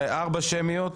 4 שמיות,